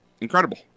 Incredible